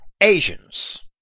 Asians